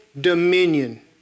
dominion